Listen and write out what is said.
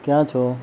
ક્યાં છો